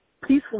peacefully